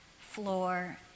floor